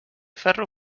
ferro